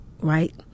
Right